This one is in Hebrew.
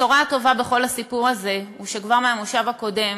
בשורה טובה בכל הסיפור הזה היא שכבר מהמושב הקודם